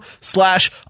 slash